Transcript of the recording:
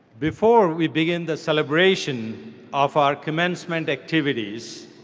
before we begin the celebration of our commencement activities,